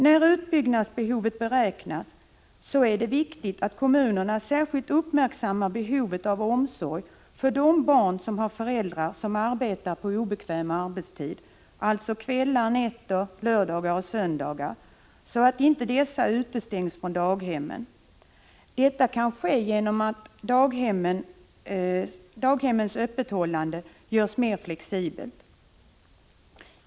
När utbyggnadsbehovet beräknas är det viktigt att kommunerna särskilt uppmärksammar behovet av omsorg för de barn som har föräldrar som arbetar på obekväm arbetstid, alltså kvällar, nätter, lördagar och söndagar, så att barnen inte utestängs från daghemmen. Problemet kan lösas genom att daghemmens öppethållande görs mer flexibelt.